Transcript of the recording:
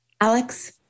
Alex